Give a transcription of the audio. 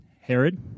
Herod